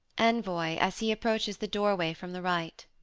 envoy, as he approaches the doorway from the right.